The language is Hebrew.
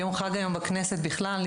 יום חג היום בכנסת בכלל,